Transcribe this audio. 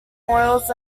oils